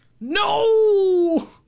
No